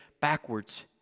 backwards